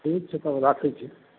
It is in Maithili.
ठीक छै तब राखै छी